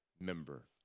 member